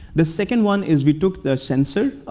the second one is we took the sensor,